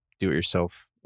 do-it-yourself